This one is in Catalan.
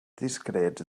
discrets